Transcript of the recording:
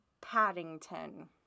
Paddington